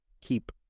keep